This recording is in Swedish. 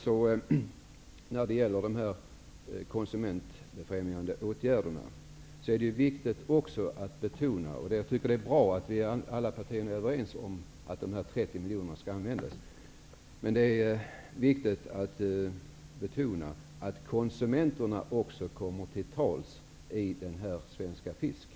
När det sedan gäller de konsumentfrämjande åtgärderna tycker jag att det är bra att alla partier är överens om användningen av de 30 miljoner kronorna, men det är viktigt att betona att också konsumenterna kommer till tals i Svensk Fisk.